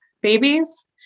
babies